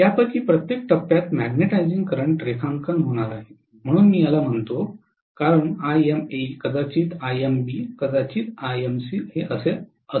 यापैकी प्रत्येक टप्प्यात मॅग्नेटिझिंग करंट रेखांकन होणार आहे म्हणून मी याला म्हणतो कारण Ima कदाचित Imb कदाचित Imc असू शकते